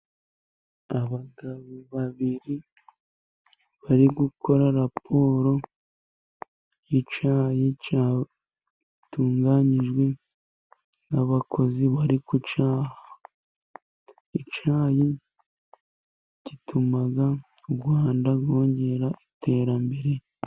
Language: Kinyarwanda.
Abagabo babiri bari gukora raporo y'icyayi cyatunganyijwe n'abakozi bari kucaha. Icyayi gituma u Rwanda rwongera iterambere.